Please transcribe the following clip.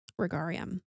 Regarium